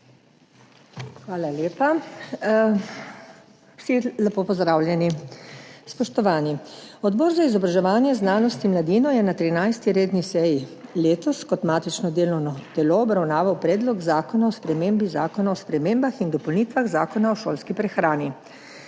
Spoštovani, vsi lepo pozdravljeni! Odbor za izobraževanje, znanost in mladino je na 13. redni seji letos kot matično delovno telo obravnaval Predlog zakona o spremembi Zakona o spremembah in dopolnitvah Zakona o šolski prehrani.